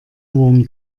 wurm